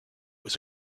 was